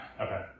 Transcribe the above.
Okay